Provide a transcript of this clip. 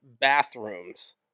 bathrooms